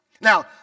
Now